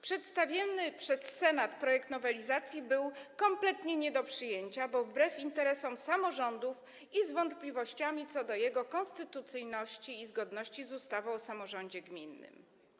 Przedstawiony przez Senat projekt nowelizacji był kompletnie nie do przyjęcia, bo był wbrew interesom samorządów i budził wątpliwości co do swojej konstytucyjności i zgodności z ustawą o samorządzie gminnym.